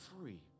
free